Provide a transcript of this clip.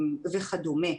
וכדומה.